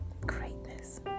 Greatness